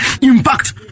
Impact